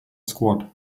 squad